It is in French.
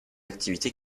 activité